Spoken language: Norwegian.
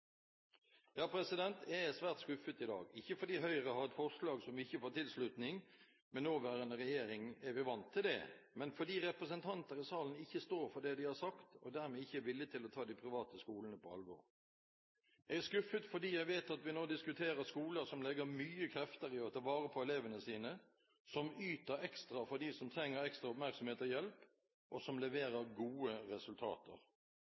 Ja, jeg er svært skuffet i dag. Ikke fordi Høyre har et forslag som ikke får tilslutning – med nåværende regjering er vi vant til det – men fordi representanter i salen ikke står for det de har sagt, og dermed ikke er villige til å ta de private skolene på alvor. Jeg er skuffet fordi jeg vet at vi nå diskuterer skoler som legger mye krefter i å ta vare på elevene sine, som yter ekstra for dem som trenger ekstra oppmerksomhet og hjelp, og som leverer gode resultater.